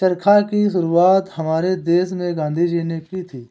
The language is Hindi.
चरखा की शुरुआत हमारे देश में गांधी जी ने की थी